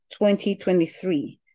2023